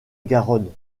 garonne